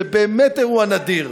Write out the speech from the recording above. זה באמת אירוע נדיר.